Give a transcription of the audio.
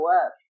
up